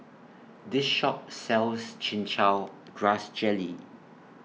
This Shop sells Chin Chow Grass Jelly